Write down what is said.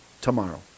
tomorrow